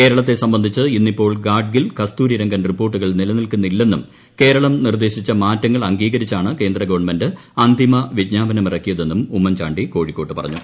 കേരളത്തെ സംബന്ധിച്ച് ഇന്നിപ്പോൾ ഗാഡ്ഗിൽ കസ്തൂരിരംഗൻ റിപ്പോർട്ടുകൾ നിലനിൽക്കുന്നില്ലെന്നും കേരളം നിർദ്ദേശിച്ച മാറ്റങ്ങൾ അംഗീകരിച്ചാണ് കേന്ദ്രഗവൺമെന്റ് അന്തിമ വിജ്ഞാപനമിറക്കിയതെന്നും ഉമ്മൻചാണ്ടി കോഴിക്കോട്ട് പറഞ്ഞു